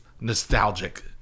nostalgic